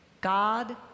God